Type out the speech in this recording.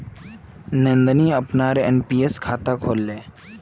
नंदनी अपनार एन.पी.एस खाता खोलले